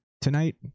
tonight